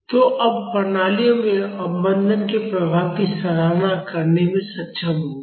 तो अब आप प्रणालियों में अवमंदन के प्रभाव की सराहना करने में सक्षम होंगे